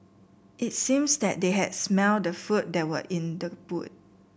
it seems that they had smelt the food that were in the boot